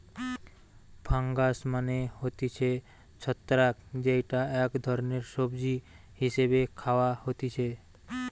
fungus মানে হতিছে ছত্রাক যেইটা এক ধরণের সবজি হিসেবে খাওয়া হতিছে